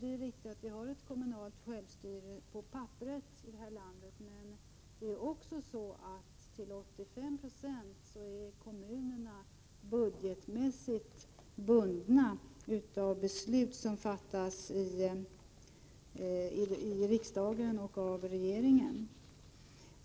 Det är riktigt att vi har kommunal självstyrelse här i landet på papperet, men det är också så att kommunerna till 85 26 är budgetmässigt bundna av beslut som fattas i riksdagen och av regeringen.